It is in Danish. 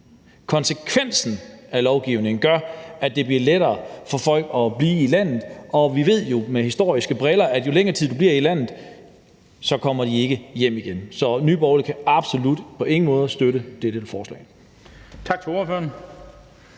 konsekvensen – af lovgivningen er, at det bliver lettere for folk at blive i landet. Og vi ved jo ud fra historien, at bliver de i længere tid i landet, kommer de ikke hjem igen. Så Nye Borgerlige kan absolut ikke på nogen måder støtte dette forslag.